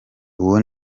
uwo